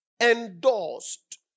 endorsed